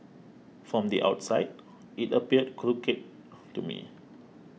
from the outside it appeared crooked to me